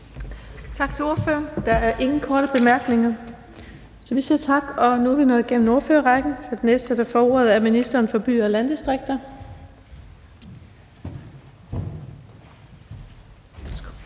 Tak til ordføreren. Der er ingen korte bemærkninger. Nu er vi nået igennem ordførerrækken, og den næste, der får ordet, er ministeren for byer og landdistrikter.